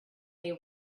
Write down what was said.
they